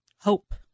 Hope